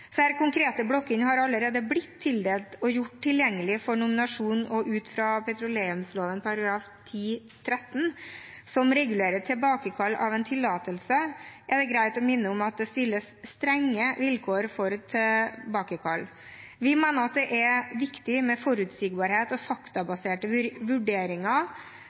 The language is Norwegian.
konkrete blokkene har allerede blitt tildelt og gjort tilgjengelig for nominasjon – og ut fra petroleumsloven § 10-13, som regulerer tilbakekall av en tillatelse, er det greit å minne om at det stilles strenge vilkår for tilbakekall. Vi mener at det er viktig med forutsigbarhet og faktabaserte vurderinger